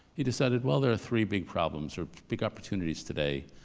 he decided, well, there are three big problems or big opportunities today.